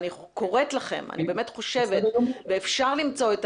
אני קוראת לכם, אפשר למצוא.